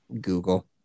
Google